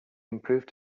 improved